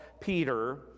Peter